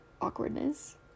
awkwardness